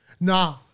Nah